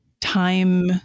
time